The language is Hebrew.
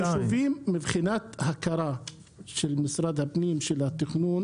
מבחינת ההכרה של משרד הפנים ושל התכנון